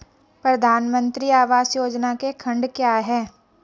प्रधानमंत्री आवास योजना के खंड क्या हैं?